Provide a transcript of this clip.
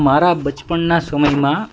મારા બચપનના સમયમાં